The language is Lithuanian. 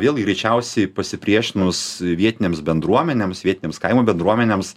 vėlgi greičiausiai pasipriešinus vietinėms bendruomenėms vietinėms kaimo bendruomenėms